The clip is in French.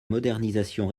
modernisation